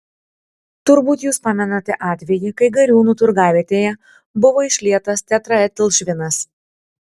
turbūt jūs pamenate atvejį kai gariūnų turgavietėje buvo išlietas tetraetilšvinas